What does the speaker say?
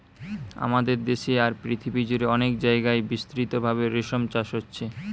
আমাদের দেশে আর পৃথিবী জুড়ে অনেক জাগায় বিস্তৃতভাবে রেশম চাষ হচ্ছে